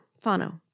Fano